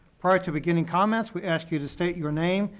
prior to beginning comments we ask you to state your name,